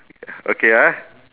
okay ah